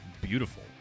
beautiful